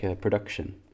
production